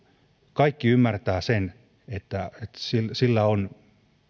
kaikki ymmärtävät sen että sillä sillä on